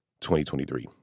2023